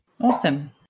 Awesome